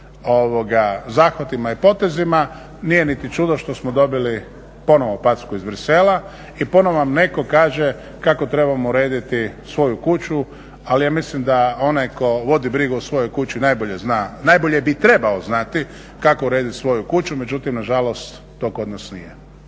zahvatima i potezima, nije niti čudo što smo dobili ponovno packu iz Bruxellesa. I ponovno nam netko kaže kako trebamo urediti svoju kuću. Ali ja mislim da onaj tko vodi brigu o svojoj kući najbolje zna, najbolje bi trebao znati kako urediti svoju kuću. Međutim, nažalost to kod nas nije.